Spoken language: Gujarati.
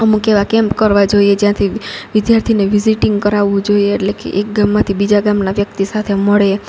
અમુક એવા કેમ્પ કરવા જોઈએ જ્યાંથી વિદ્યાર્થીને વીઝીટીંગ કરાવવું જોઈએ એટલે કે એક ગામમાંથી બીજા ગામના વ્યક્તિ સાથે મળે